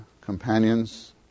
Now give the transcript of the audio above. companions